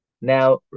Now